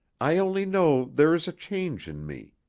i only know there is a change in me,